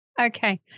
okay